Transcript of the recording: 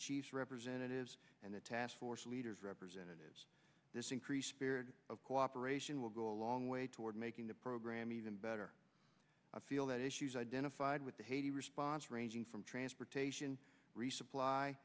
d representatives and the task force leaders representatives this increase spirit of cooperation will go a long way toward making the program even better i feel that issues identified with the haiti response ranging from transportation resupply